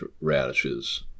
radishes